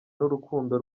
n’urukundo